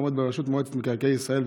העומד בראשות מועצת מקרקעי ישראל,